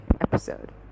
episode